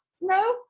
no